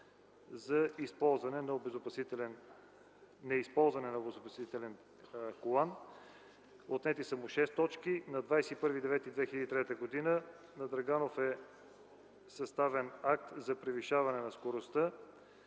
за неизползване на обезопасителен колан, отнети са му шест точки; - на 21.09.2003 г. на Драганов е съставен акт за превишаване на скоростта,